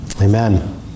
Amen